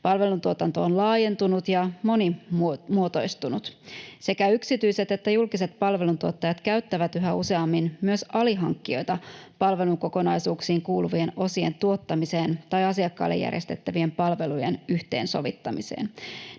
Palvelutuotanto on laajentunut ja monimuotoistunut. Sekä yksityiset että julkiset palveluntuottajat käyttävät yhä useammin myös alihankkijoita palvelukokonaisuuksiin kuuluvien osien tuottamiseen tai asiakkaalle järjestettävien palvelujen yhteensovittamiseen.